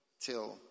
till